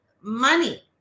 money